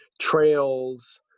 trails